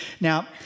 Now